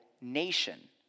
nation